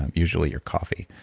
and usually your coffee